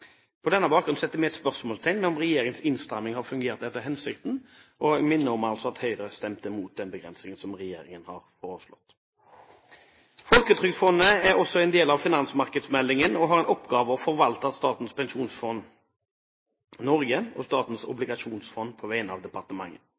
På denne bakgrunn setter vi et spørsmålstegn ved om regjeringens innstramming har fungert etter hensikten, og minner altså om at Høyre stemte mot denne begrensningen som regjeringen har foreslått. Folketrygdfondet er også en del av finansmarkedsmeldingen og har som oppgave å forvalte Statens pensjonsfond Norge og Statens